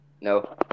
No